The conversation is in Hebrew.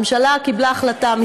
הממשלה קיבלה החלטה,